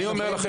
אני אומר לכם